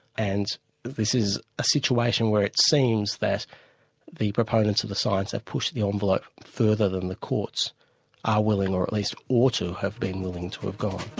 and this is a situation where it seems that the proponents of the science have pushed the envelope further than the courts are willing, or at least ought to have been willing to have gone.